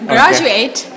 Graduate